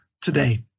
today